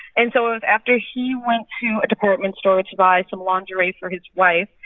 and so it was after he went to a department store to buy some lingerie for his wife.